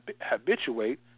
Habituate